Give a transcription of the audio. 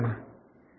it